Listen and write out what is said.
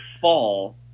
Fall